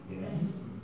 Yes